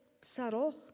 subtle